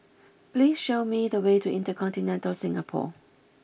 please show me the way to InterContinental Singapore